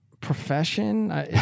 profession